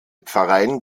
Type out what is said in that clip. pfarreien